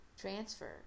transfer